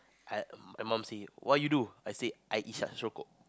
I my mum say why you do I said I est